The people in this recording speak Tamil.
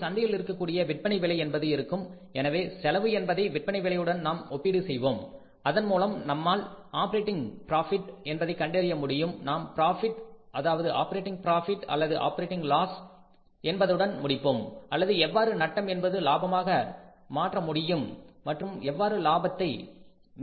நமக்கு சந்தையில் இருக்கக்கூடிய விற்பனை விலை என்பது இருக்கும் எனவே செலவு என்பதை விற்பனை விலையுடன் நாம் ஒப்பீடு செய்வோம் அதன்மூலம் நம்மால் ஆப்பரேட்டிங் ப்ராபிட் என்பதை கண்டறிய முடியும் நாம் ப்ராபிட் அதாவது ஆப்பரேட்டிங் ப்ராபிட் அல்லது ஆப்ரேட்டிங் லாஸ் என்பதுடன் முடிப்போம் அல்லது எவ்வாறு நட்டம் என்பது லாபமாக மாற்ற முடியும் மற்றும் எவ்வாறு லாபத்தை